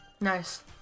Nice